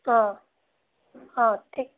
অঁ অঁ ঠিক